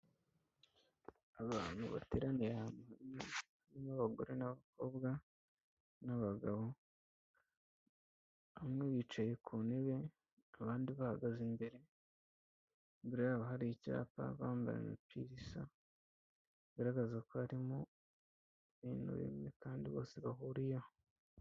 Abantu bateraniye hamwe n'abagore n'abakobwa n'abagabo bamwe bicaye ku ntebe abandi bahagaze imbere, imbere yabo hari icyapa bambaye imipira isa bigaragaza ko harimo ibintu bimwe kandi bose bahuriyeho.